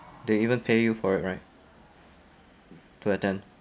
they even pay you for it right to attend